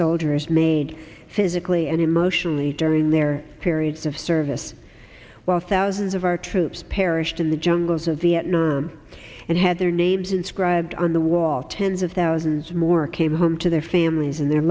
soldiers made physically and emotionally during their periods of service while thousands of our troops perished in the jungles of vietnam and had their names inscribed on the wall tens of thousands more came home to their families and their